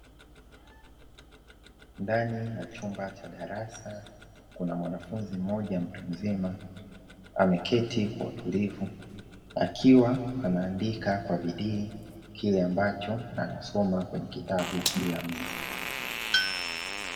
Ndani ya chumba cha darasa, kuna mwanafunzi mmoja mtu mzima, ameketi kwa utulivu akiwa anaandika kwa bidii kile ambacho anasoma kwenye kitabu juu ya meza.